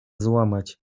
złamać